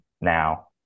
now